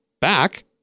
back